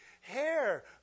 hair